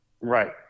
Right